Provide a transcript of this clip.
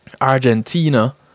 argentina